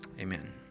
Amen